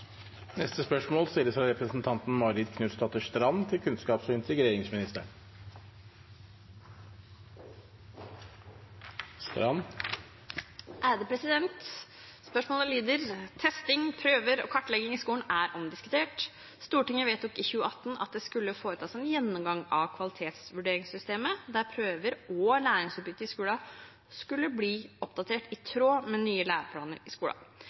Spørsmålet lyder: «Testing, prøver og kartlegging i skolen er omdiskutert. Stortinget vedtok i 2018 at det skulle foretas en gjennomgang av kvalitetsvurderingssystemet, der prøver og læringsutbytte i skolen skulle bli oppdatert i tråd med nye læreplaner i skolen.